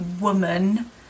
woman